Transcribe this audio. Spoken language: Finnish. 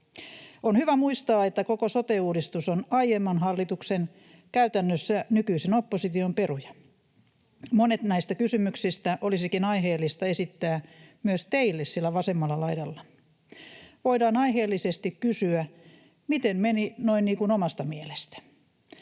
On hyvä muistaa, että koko sote-uudistus on aiemman hallituksen, käytännössä nykyisen opposition, peruja. Monet näistä kysymyksistä olisikin aiheellista esittää myös teille siellä vasemmalla laidalla. Voidaan aiheellisesti kysyä, miten meni noin niin kuin omasta mielestä.